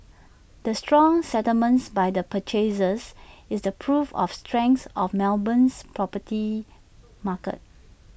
the strong settlements by the purchasers is the proof of the strength of Melbourne's property market